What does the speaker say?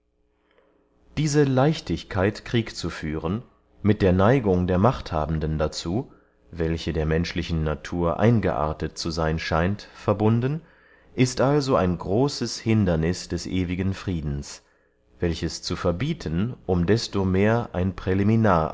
diese leichtigkeit krieg zu führen mit der neigung der machthabenden dazu welche der menschlichen natur eingeartet zu seyn scheint verbunden ist also ein großes hinderniß des ewigen friedens welches zu verbieten um desto mehr ein